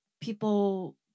people